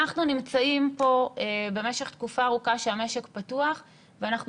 אנחנו נמצאים פה במשך תקופה ארוכה שהמשק פתוח ואנחנו